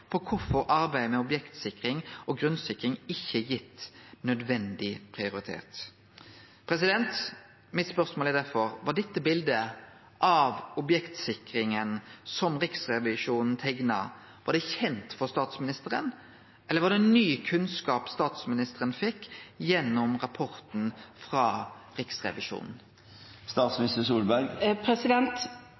på kvifor arbeidet med objektsikring og grunnsikring ikkje er gitt nødvendig prioritet. Mitt spørsmål er derfor: Var dette biletet av objektsikringa som Riksrevisjonen teiknar, kjent for statsministeren, eller var det ny kunnskap statsministeren fekk gjennom rapporten frå Riksrevisjonen?